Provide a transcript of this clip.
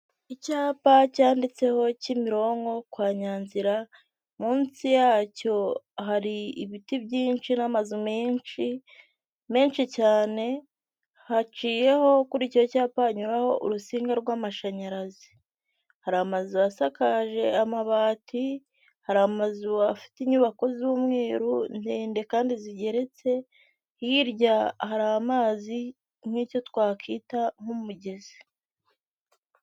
Icyapa cyanditseho Kimironko kwa Nyanzira munsi yacyo hari ibiti byinshi n'amazu menshi menshi cyane, haciyeho kuri icyo cyapa hanyuraho urusinga rw'amashanyarazi, hari amazu asakaje amabati, hari amazu afite inyubako z'umweru ndende kandi zigeretse, hirya hari amazi nk'icyo twakwita nk'umugezi.